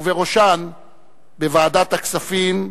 ובראשן בוועדת הכספים,